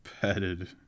Petted